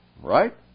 Right